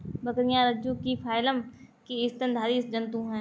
बकरियाँ रज्जुकी फाइलम की स्तनधारी जन्तु है